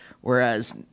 Whereas